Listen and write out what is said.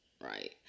Right